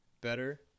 better